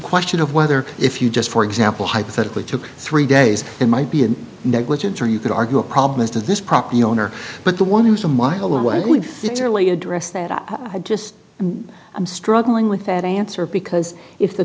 question of whether if you just for example hypothetically took three days in might be in negligence or you could argue a problem is this property owner but the one who's a mile away it's really address that just and i'm struggling with that answer because if the